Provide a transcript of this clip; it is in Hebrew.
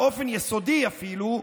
באופן יסודי אפילו,